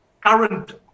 current